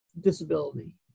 disability